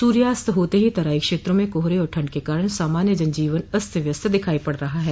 सूर्यास्त होते ही तराई क्षेत्र में कोहरे और ठंड के कारण सामान्य जन जीवन अस्त व्यस्त दिखाई पड़ रहा है